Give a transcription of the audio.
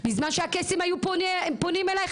בזמן שהקייסים היו פונים אלי,